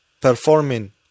performing